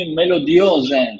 melodiose